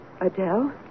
Adele